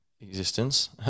existence